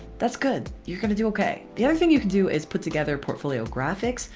that's good. you're gonna do okay. the other thing you can do is put together a portfolio graphic.